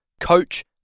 coach